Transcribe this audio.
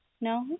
No